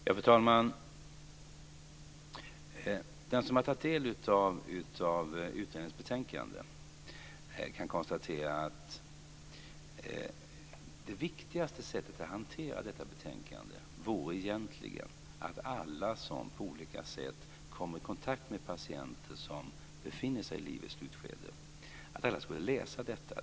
Fru talman! Den som har tagit del av utredningens betänkande kan konstatera att det viktigaste sättet att hantera detta betänkande egentligen vore att alla som på olika sätt kommer i kontakt med patienter som befinner sig i livets slutskede skulle läsa det.